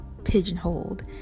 Pigeonholed